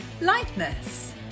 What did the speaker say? lightness